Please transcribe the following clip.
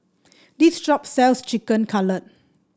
this shop sells Chicken Cutlet